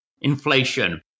inflation